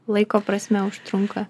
laiko prasme užtrunka